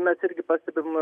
mes irgi pastebim